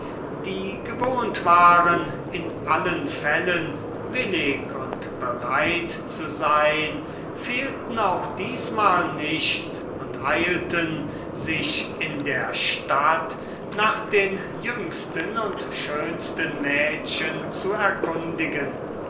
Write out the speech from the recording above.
die gewohnt waren in allen fällen willig und bereit zu sein fehlten auch diesmal nicht und eilten sich in der stadt nach den jüngsten und schönsten mädchen zu erkundigen